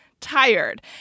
tired